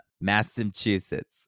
massachusetts